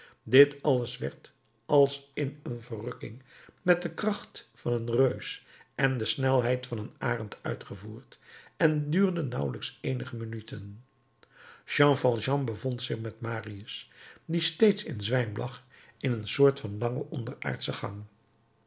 dit alles werd als in een verrukking met de kracht van een reus en de snelheid van een arend uitgevoerd en duurde nauwelijks eenige minuten jean valjean bevond zich met marius die steeds in zwijm lag in een soort van lange onderaardsche gang